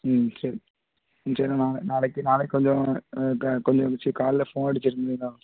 ம் சரி ம் சரிண்ணா நான் நாளைக்கு நாளைக்கு கொஞ்சம் க கொஞ்சம் அனுப்பிச்சி காலைல ஃபோன் அடிச்சிடுறீங்களா